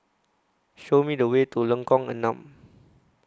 Show Me The Way to Lengkong Enam